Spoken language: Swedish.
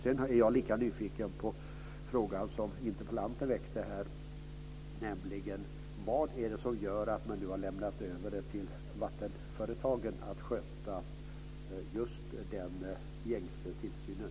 Sedan är jag också nyfiken på den fråga som interpellanten väckte här, nämligen vad det är som gör att man nu har lämnat över till vattenföretagen att sköta just den gängse tillsynen.